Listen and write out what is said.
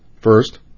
First